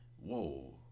whoa